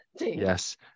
yes